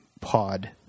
pod